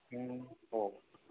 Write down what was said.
हो